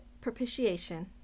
propitiation